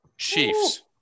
Chiefs